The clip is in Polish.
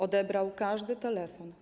Odebrał każdy telefon.